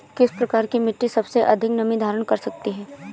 किस प्रकार की मिट्टी सबसे अधिक नमी धारण कर सकती है?